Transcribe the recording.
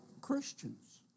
Christians